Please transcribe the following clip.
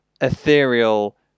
ethereal